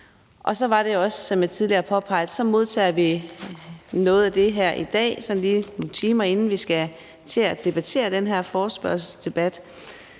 Så er det så, som jeg tidligere påpegede, sådan, at vi modtager noget af det her i dag, sådan lige nogle timer inden vi skal debattere i den her forespørgselsdebat,